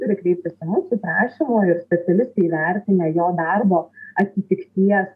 turi kreiptis į mus su prašymu ir specialistai įvertinę jo darbo atitikties